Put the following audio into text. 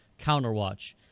counterwatch